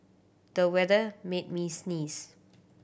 the weather made me sneeze